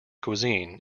cuisine